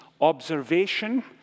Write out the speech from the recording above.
observation